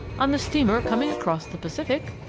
on the steamer coming across the pacific,